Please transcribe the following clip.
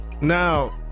now